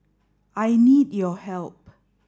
I need your help